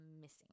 missing